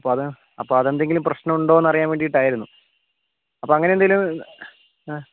അപ്പോൾ അത് അപ്പോൾ അത് എന്തെങ്കിലും പ്രശ്നമുണ്ടോ എന്നറിയാൻ വേണ്ടിയിട്ടായിരുന്നു അപ്പോൾ അങ്ങനെ എന്തെങ്കിലും ആ